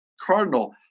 Cardinal